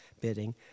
bidding